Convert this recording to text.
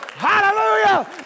Hallelujah